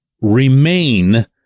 remain